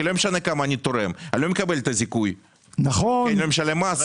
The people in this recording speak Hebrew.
אם אני מקבל 5 אלפים אני לא מקבל את הזיכוי כי אני לא משלם מס.